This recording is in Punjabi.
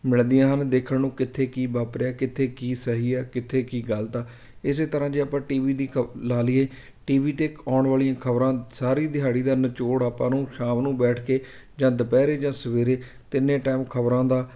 ਮਿਲਦੀਆਂ ਹਨ ਦੇਖਣ ਨੂੰ ਕਿੱਥੇ ਕੀ ਵਾਪਰਿਆ ਕਿੱਥੇ ਕੀ ਸਹੀ ਹੈ ਕਿੱਥੇ ਕੀ ਗਲਤ ਆ ਇਸੇ ਤਰ੍ਹਾਂ ਜੇ ਆਪਾਂ ਟੀਵੀ ਦੀ ਖ ਲਾ ਲਈਏ ਟੀਵੀ 'ਤੇ ਇੱਕ ਆਉਣ ਵਾਲੀਆਂ ਖਬਰਾਂ ਸਾਰੀ ਦਿਹਾੜੀ ਦਾ ਨਿਚੋੜ ਆਪਾਂ ਨੂੰ ਸ਼ਾਮ ਨੂੰ ਬੈਠ ਕੇ ਜਾਂ ਦੁਪਹਿਰੇ ਜਾਂ ਸਵੇਰੇ ਤਿੰਨੇ ਟਾਈਮ ਖਬਰਾਂ ਦਾ